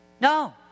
No